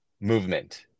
movement